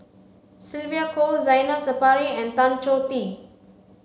Sylvia Kho Zainal Sapari and Tan Choh Tee